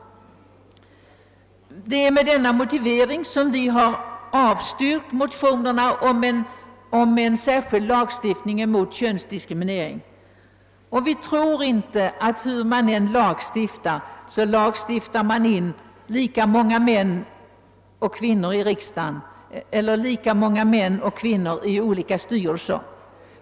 Det är med denna motivering vi har avstyrkt motionerna om en särskild lagstiftning mot könsdiskriminering. Vi tror inte, att man, hur man än lagstiftar, lagstiftar in lika många män och kvinnor i riksdagen eller i olika styrelser.